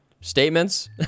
statements